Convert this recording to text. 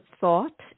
thought